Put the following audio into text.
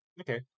Okay